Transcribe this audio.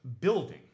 building